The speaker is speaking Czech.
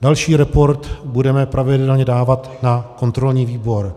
Další report budeme pravidelně dávat na kontrolní výbor.